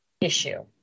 issue